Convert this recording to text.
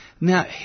Now